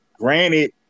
granted